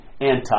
anti